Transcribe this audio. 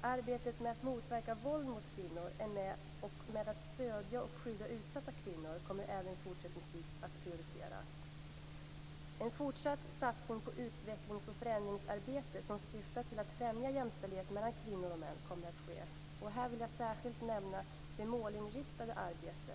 Arbetet med att motverka våld mot kvinnor och med att stödja och skydda utsatta kvinnor kommer även fortsättningsvis att prioriteras. En fortsatt satsning på utvecklings och förändringsarbete som syftar till att främja jämställdhet mellan kvinnor och män kommer att ske. Här vill jag särskilt nämna det målinriktade arbete